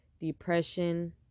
depression